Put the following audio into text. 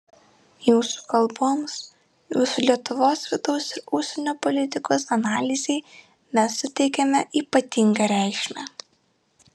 jūsų kalboms jūsų lietuvos vidaus ir užsienio politikos analizei mes suteikiame ypatingą reikšmę